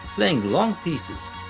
playing long pieces,